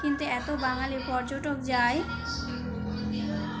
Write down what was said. কিন্তু এত বাঙালি পর্যটক যায়